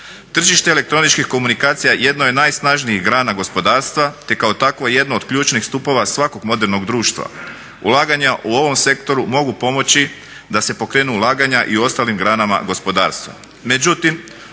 Tržište elektroničkih komunikacija jedno je od najsnažnijih grana gospodarstva, te kao takvo jedno od ključnih stupova svakog modernog društva. Ulaganja u ovom sektoru mogu pomoći da se pokrenu ulaganja i u ostalim granama gospodarstva.